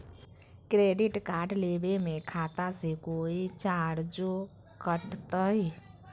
Credit card लेवे में खाता से कोई चार्जो कटतई?